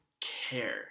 Care